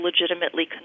legitimately